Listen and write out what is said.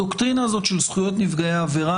הדוקטרינה הזאת של זכויות נפגעי העבירה